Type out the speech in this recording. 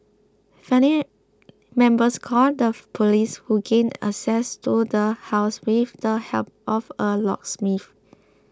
family members called the police who gained access to the house with the help of a locksmith